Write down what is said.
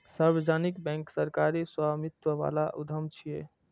सार्वजनिक बैंक सरकारी स्वामित्व बला उद्यम छियै